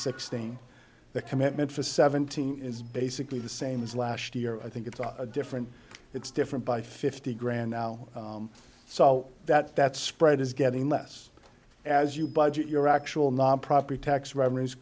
sixteen the commitment to seventeen is basically the same as last year i think it's a different it's different by fifty grand now so that that spread is getting less as you budget your actual non property